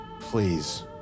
Please